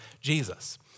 Jesus